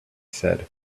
said